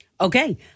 Okay